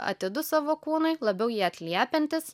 atidūs savo kūnui labiau jį atliepiantis